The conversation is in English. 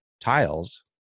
tiles